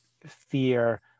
fear